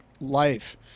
life